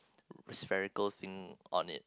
spherical thing on it